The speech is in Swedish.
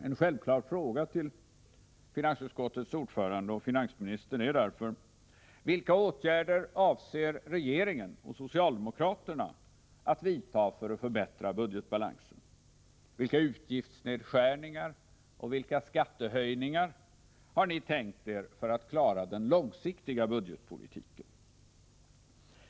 En självklar fråga till finansutskottets ordförande och till finansministern är därför: Vilka åtgärder avser regeringen, och socialdemokraterna, att vidta för att förbättra budgetbalansen, vilka utgiftsnedskärningar och vilka skattehöjningar har ni tänkt er för att klara den långsiktiga budgetpolitiken?